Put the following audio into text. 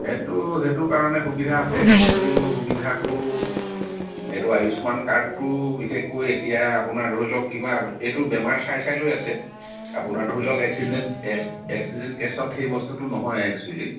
সেইটো সেইটো কাৰণে সুবিধা আছে সেইটো সুবিধাটো এইটো আয়ুস্মান কাৰ্ডটো বিশেষকৈ এতিয়া আপোনাৰ ধৰি লওক কিবা এইটো বেমাৰ চাই চাই লৈ আছে আপোনাৰ ধৰি লওক এক্সিডেণ্ট এক এক্সিডেণ্ট কেছত সেই বস্তুটো নহয় এক্সুৱেলি